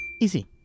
Easy